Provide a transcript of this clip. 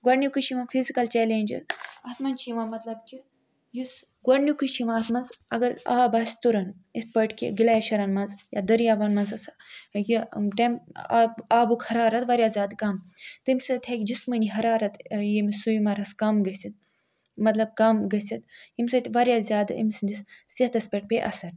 گۄڈنِیُکُے چھُ یِوان physical challenge اَتھ مَنٛز چھُ یِوان مَطلَب کہِ یُس گۄڈنِیُکُے چھُ یِوان اَتھ مَنٛز اگر آب آسہِ تُرُن یِتھٕ پٲٹھۍ کہِ گلیشرَن مَنٛز یا دٔریاوَن مَنٛز أکہِ آب آبُک حرارت واریاہ زیادٕ کم تَمہِ سۭتۍ ہیٚکہِ جِسمٲنی حرارت ییٚمِس سویمَرَس کم گٔژھِتھ مَطلَب کم گٔژھِتھ ییٚمہِ سۭتۍ واریاہ زیادٕ أمۍ سٕنٛدِس صحتَس پٮ۪ٹھ پیٚیہِ اَثَر